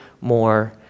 more